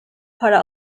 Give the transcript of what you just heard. para